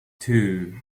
two